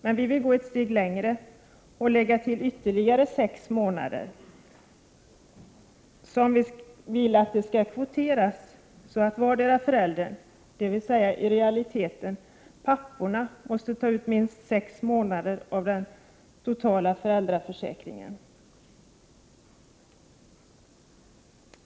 Men vi vill gå ett steg längre och lägga till ytterligare sex månader, som vi önskar kvotera så att vardera föräldern, dvs. i realiteten papporna, måste ta ut minst sex månader av den totala föräldraförsäkringen.